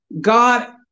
God